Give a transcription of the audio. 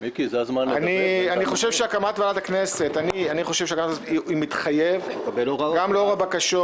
אני חושב שהקמת ועדת הכנסת היא דבר שמתחייב גם לאור הבקשות,